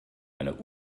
einer